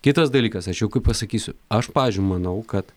kitas dalykas aš jau kai pasakysiu aš pavyzdžiui manau kad